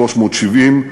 370,